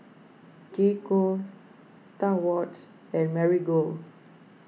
J Co Star Awards and Marigold